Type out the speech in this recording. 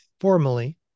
formally